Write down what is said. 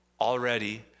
Already